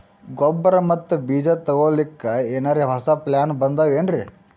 ಗೊಬ್ಬರ ಮತ್ತ ಬೀಜ ತೊಗೊಲಿಕ್ಕ ಎನರೆ ಹೊಸಾ ಪ್ಲಾನ ಬಂದಾವೆನ್ರಿ?